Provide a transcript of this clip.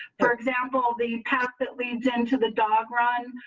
for example, the path that leads into the dog run.